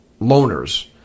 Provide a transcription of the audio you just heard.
loners